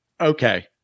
Okay